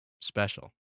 special